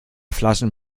flaschen